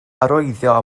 arwyddo